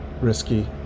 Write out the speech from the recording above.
risky